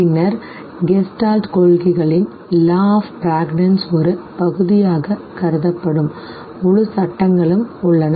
பின்னர் கெஸ்டால்ட் கொள்கைகளின் law of Prägnanz ஒரு பகுதியாகக் கருதப்படும் முழு சட்டங்களும் உள்ளன